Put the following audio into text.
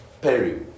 Perry